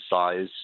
size